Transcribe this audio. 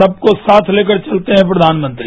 सबको साथ लेकर चलते हैं प्रधानमंत्री